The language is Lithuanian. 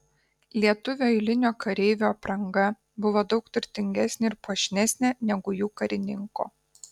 lietuvio eilinio kareivio apranga buvo daug turtingesnė ir puošnesnė negu jų karininko